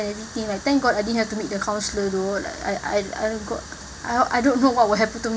and everything like thank god I didn't have to meet the counsellor though I I don't I got I don't know what will happen to me